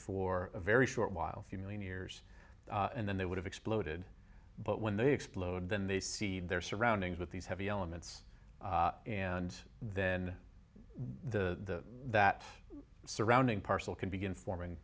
for a very short while few million years and then they would have exploded but when they explode then they see their surroundings with these heavy elements and then the that surrounding partial can begin forming